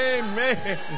Amen